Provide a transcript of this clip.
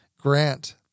grant